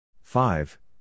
five